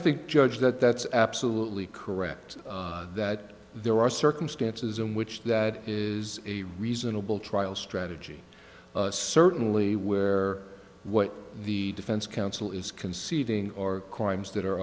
think judge that that's absolutely correct that there are circumstances in which that is a reasonable trial strategy certainly where what the defense counsel is conceding are crimes that are